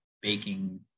baking